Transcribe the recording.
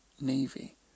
Navy